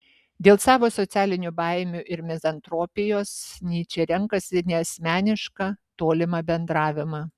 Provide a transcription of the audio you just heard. dėl savo socialinių baimių ir mizantropijos nyčė renkasi neasmenišką tolimą bendravimą